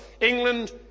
England